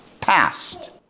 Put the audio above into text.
passed